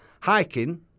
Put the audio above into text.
hiking